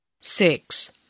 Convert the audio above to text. Six